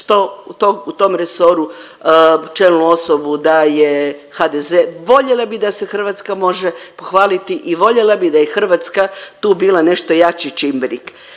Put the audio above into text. što u tom resoru čelnu osobu daje HDZ, voljela bi da se Hrvatska može pohvaliti i voljela bih da je i Hrvatska tu bila nešto jači čimbenik.